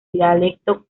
dialecto